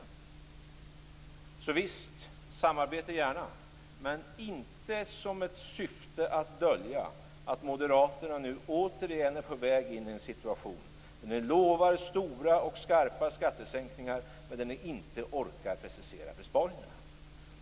Visst, gärna ett samarbete, men inte som syfte att dölja att Moderaterna nu återigen är på väg in i en situation där ni lovar stora och skarpa skattesänkningar, men där ni inte orkar precisera besparingarna.